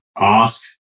ask